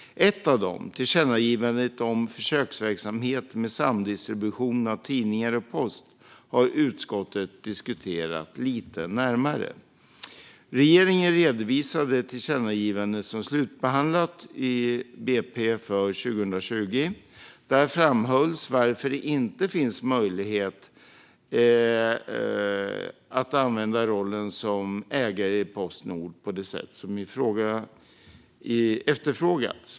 Ett av dem, tillkännagivandet om försöksverksamhet med samdistribution av tidningar och post, har utskottet diskuterat lite närmare. Regeringen redovisade tillkännagivandet som slutbehandlat i budgetpropositionen för 2020. Där framhölls varför det inte finns möjlighet att använda rollen som ägare i Postnord på det sätt som efterfrågats.